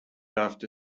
after